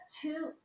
two